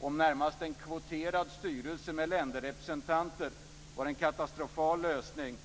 och en närmast kvoterad styrelse med länderrepresentanter, var en katastrofal lösning.